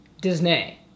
Disney